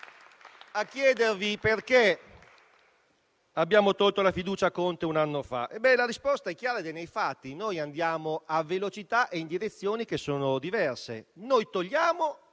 a chiedervi perché abbiamo tolto la fiducia a Conte un anno fa, ma la risposta è chiara ed è nei fatti: andiamo a velocità e in direzioni diverse. Noi togliamo